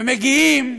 ומגיעים,